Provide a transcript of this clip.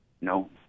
No